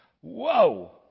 Whoa